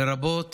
לרבות